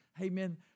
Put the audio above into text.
Amen